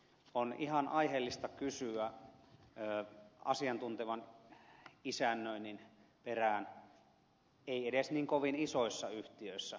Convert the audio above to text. on ihan aiheellista kysyä asiantuntevan isännöinnin perään ei edes niin kovin isoissa yhtiöissä